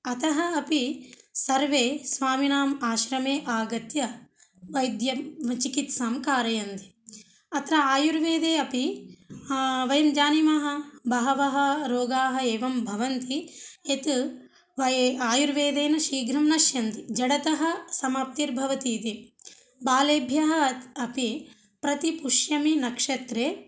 अतः अपि सर्वे स्वामिनां आश्रमे आगत्य वैद्यं चिकित्सां कारयन्ति अत्र आयुर्वेदे अपि वयं जानीमः बहवः रोगाः एवं भवन्ति यत् वये आयुर्वेदेन शीघ्रं नश्यन्ति जडतः समाप्तिर्भवतिति बालेभ्यः अत् अपि प्रति पुष्यनक्षत्रे